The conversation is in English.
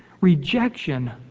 Rejection